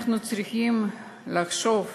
אנחנו צריכים לחשוב,